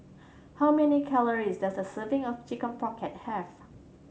how many calories does a serving of Chicken Pocket have